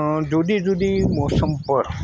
જુદી જુદી મોસમ પર